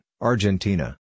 Argentina